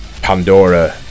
Pandora